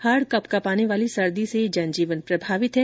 हाड़ कंपकंपाने वाली सर्दी से जन जीवन प्रभावित है